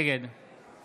נגד